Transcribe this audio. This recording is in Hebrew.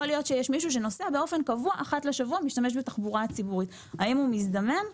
האם מישהו שנוסע באופן קבוע אחת לשבוע בתחבורה הציבורית הוא נוסע מזדמן?